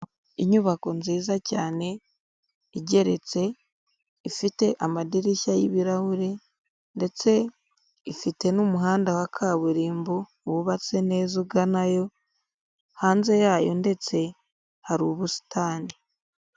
Inyubako nziza cyane, igeretse ifite amadirishya y'ibirahuri, ndetse ifite n'umuhanda wa kaburimbo wubatse neza uganayo, hanze yayo ndetse hari ubusitani.